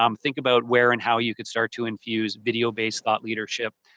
um think about where and how you can start to infuse video based thought leadership,